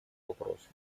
вопросу